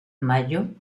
mayo